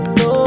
no